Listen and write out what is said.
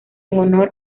honor